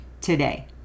today